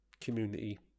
community